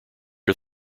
are